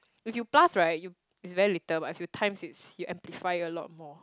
if you plus right you is very little but if you times is you amplify it a lot more